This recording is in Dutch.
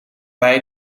wij